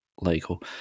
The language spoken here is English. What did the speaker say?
legal